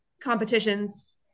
competitions